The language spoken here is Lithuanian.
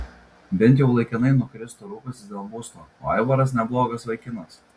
bent jau laikinai nukristų rūpestis dėl būsto o aivaras neblogas vaikinas